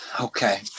okay